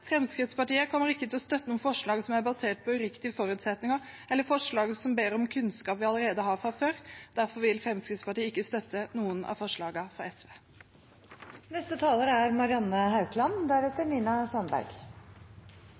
Fremskrittspartiet kommer ikke til å støtte noen forslag som er basert på uriktige forutsetninger, eller forslag som ber om kunnskap vi allerede har. Derfor vil ikke Fremskrittspartiet støtte noen av forslagene fra